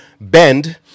bend